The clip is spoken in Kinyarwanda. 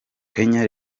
kenya